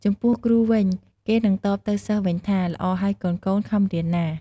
ចំំពោះគ្រូវិញ គេនឹងតបទៅសិស្សវិញថា ល្អហើយកូនៗ ខំរៀនណា។